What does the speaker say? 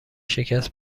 شکست